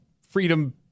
freedom